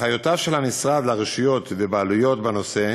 הנחיותיו של המשרד לרשויות ולבעלויות בנושא